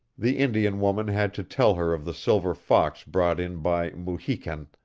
the indian woman had to tell her of the silver fox brought in by mu-hi-ken,